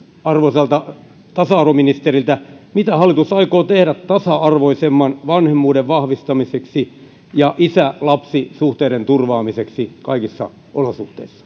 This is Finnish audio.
arvoisalta tasa arvoministeriltä mitä hallitus aikoo tehdä tasa arvoisemman vanhemmuuden vahvistamiseksi ja isä lapsi suhteiden turvaamiseksi kaikissa olosuhteissa